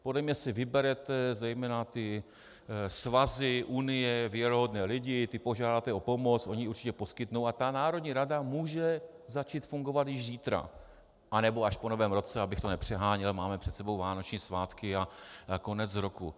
Podle mě si vyberete zejména ty svazy, unie, věrohodné lidi, ty požádáte o pomoc, oni ji určitě poskytnou a ta národní rada může začít fungovat již zítra, anebo až po Novém roce, abych to nepřeháněl, máme před sebou vánoční svátky a konec roku.